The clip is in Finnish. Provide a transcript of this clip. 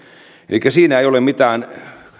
elikkä siinä ei ole mitään